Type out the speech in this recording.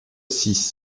six